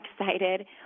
excited